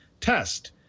Test